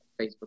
Facebook